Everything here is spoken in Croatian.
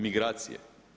Migracije.